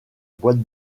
boîte